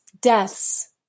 deaths